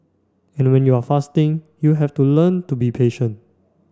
and when you are fasting you have to learn to be patient